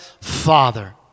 Father